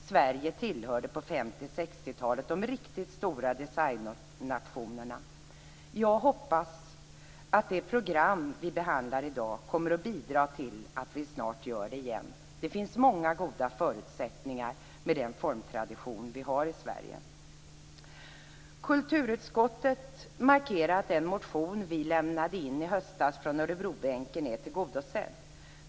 Sverige tillhörde på 50 och 60-talet de riktigt stora designnationerna. Jag hoppas att det program vi behandlar i dag kommer att bidra till att vi snart gör det igen. Det finns många goda förutsättningar med den formtradition vi har i Sverige. Kulturutskottet markerar att den motion vi lämnade in i höstas från Örebrobänken är tillgodosedd.